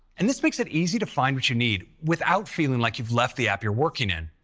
and this makes it easy to find what you need without feeling like you've left the app you're working in.